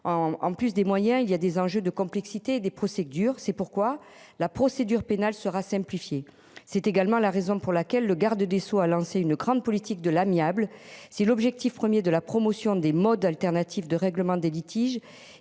En plus des moyens, il y a des enjeux de complexité des procédures, c'est pourquoi la procédure pénale sera simplifié. C'est également la raison pour laquelle le garde des Sceaux a lancé une grande politique de l'amiable si l'objectif 1er de la promotion des modes alternatifs de règlement des litiges